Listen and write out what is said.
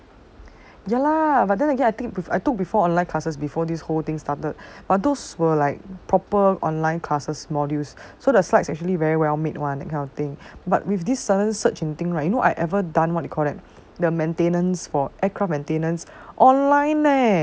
ya lah but then again I think I took before online classes before this whole thing started but those were like proper online classes modules so the slides actually very well made [one] that kind of thing but with this sudden surge in thing right you know I ever done what you call that the maintenance for aircraft maintenance